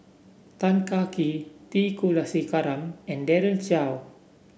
Tan Kah Kee T Kulasekaram and Daren Shiau